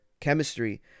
chemistry